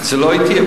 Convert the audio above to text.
זה לא אתי.